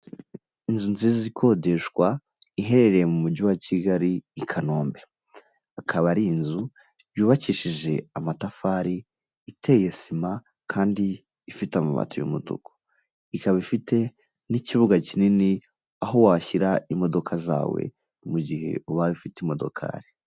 Inzu nziza ikodeshwa iherereye mu mujyi wa Kigali i Kanombe. Ikaba ari inzu yubakishije amatafari, iteye sima, kandi ifite amabati y'umutuku. Ikaba ifite n'ikibuga kinini aho washyira imodoka zawe, mu gihe ubaye ufite imodokari.